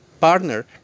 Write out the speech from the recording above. partner